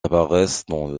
apparaissent